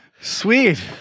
sweet